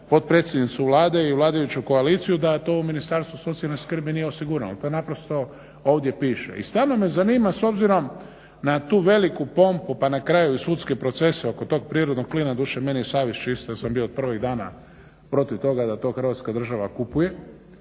potpredsjednicu Vlade i vladajuću koaliciju da to u Ministarstvu socijalne skrbi nije osigurano, to naprosto ovdje piše. I stvarno me zanima s obzirom na tu veliku pompu pa na kraju i sudske procese oko tog prirodnog plina, doduše meni je savjest čista jer sam bio od prvog dana protiv toga da to Hrvatska država kupuje,